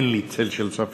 אין לי צל של ספק